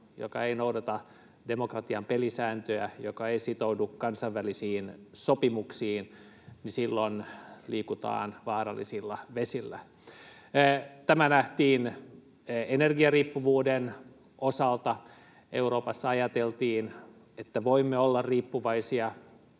joka ei noudata demokratian pelisääntöjä ja joka ei sitoudu kansainvälisiin sopimuksiin, niin silloin liikutaan vaarallisilla vesillä. Tämä nähtiin energiariippuvuuden osalta. Euroopassa ajateltiin, että voimme olla riippuvaisia